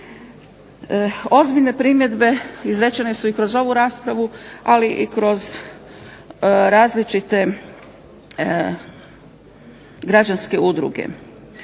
Ozbiljne primjedbe izrečene su i kroz ovu raspravu, ali i kroz različite građanske udruge.